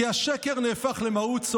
כי השקר נהפך למהות.